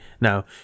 Now